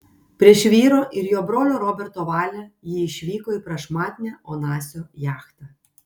prieš vyro ir jo brolio roberto valią ji išvyko į prašmatnią onasio jachtą